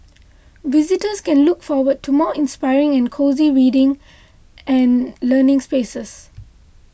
visitors can look forward to more inspiring and cosy reading and learning spaces